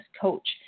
Coach